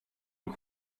och